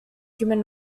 human